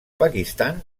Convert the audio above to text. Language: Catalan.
pakistan